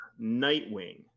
Nightwing